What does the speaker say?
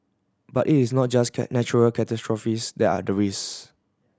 but it is not just natural catastrophes that are